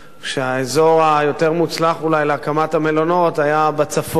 כשהאזור היותר מוצלח אולי להקמת המלונות היה בצפון,